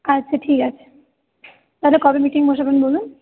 আচ্ছা ঠিক আছে তাহলে কবে মিটিং বসাবেন বলুন